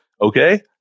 okay